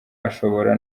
ashobora